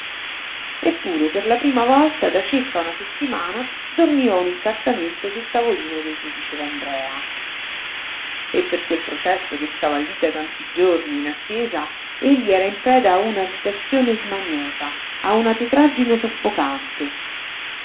eppure per la prima volta da circa una settimana dormiva un incartamento sul tavolino del giudice d'andrea e per quel processo che stava lí da tanti giorni in attesa egli era in preda a una irritazione smaniosa a una tetraggine soffocante